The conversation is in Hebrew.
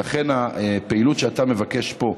ולכן הפעילות שאתה מבקש פה,